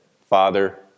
Father